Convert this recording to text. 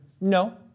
no